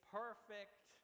perfect